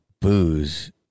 booze